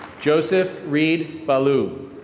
joseph reed ballou.